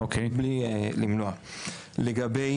לגבי